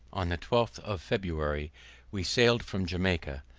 on the twelfth of february we sailed from jamaica,